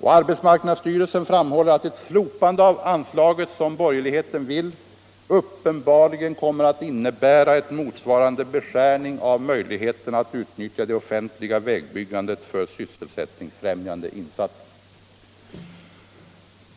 Och arbetsmarknadsstyrelsen framhåller, att ett slopande av anslaget — som borgerligheten vill — uppenbarligen kommer att innebära en motsvarande beskärning av möjligheterna att utnyttja det offentliga vägbyggandet för sysselsättningsfrämjande insatser.